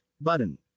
button